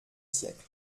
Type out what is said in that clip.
siècle